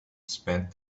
spent